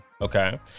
Okay